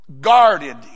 guarded